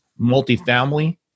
multifamily